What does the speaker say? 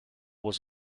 was